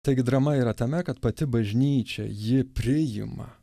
taigi drama yra tame kad pati bažnyčia ji priima